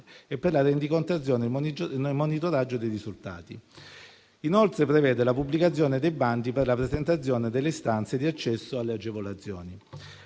e per la rendicontazione e il monitoraggio dei risultati. Inoltre, prevede la pubblicazione dei bandi per la presentazione delle istanze di accesso alle agevolazioni.